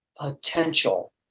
potential